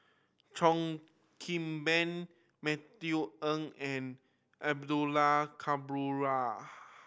Cheo Kim Ban Matthew Ngui and Abdullah